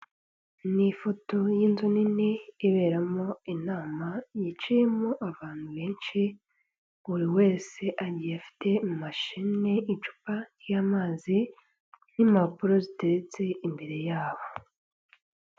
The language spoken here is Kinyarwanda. N'ifoto y'inzu nini iberamo inama, yicayemo abantu benshi. Buri wese agiye afite mashine, icupa ry'amazi, n'impapuro ziteretse imbere yabo.